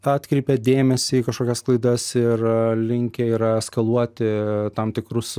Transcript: atkreipia dėmesį į kažkokias klaidas ir linkę yra eskaluoti tam tikrus